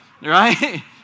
right